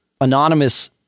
anonymous